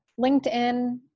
LinkedIn –